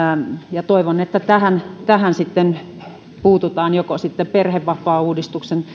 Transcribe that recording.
toivon että tähän tähän puututaan joko sitten perhevapaauudistuksen